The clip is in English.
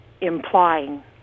implying